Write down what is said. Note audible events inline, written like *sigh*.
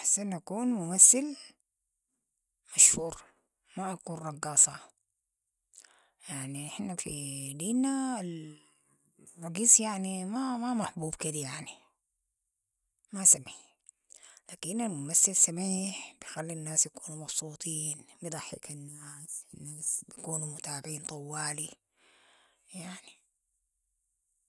احسن اكون ممثل مشهور، ما اكون رقاصة، يعني احنا في *hesitation* دينا الرقيص يعني *hesitation* ما محبوب كدي يعني، ما سمح، لكن الممثل سميح بخلي الناس يكونوا مبسوطين بضحك الناس بكونو متابعين طوالي، يعني.